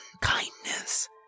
kindness